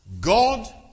God